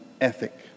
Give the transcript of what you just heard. ethic